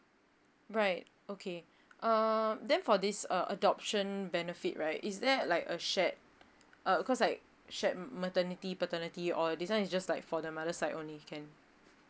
right okay uh then for this uh adoption benefit right is there like a shared uh cause like shared maternity paternity or this one is just like for the mother side only can